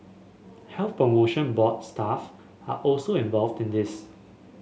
Health Promotion Board staff are also involved in this